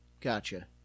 Gotcha